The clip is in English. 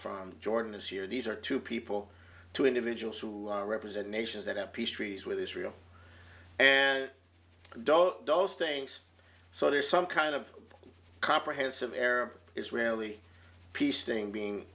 from jordan is here these are two people two individuals who represent nations that have peace treaties with israel and those things so there's some kind of comprehensive arab israeli peace thing being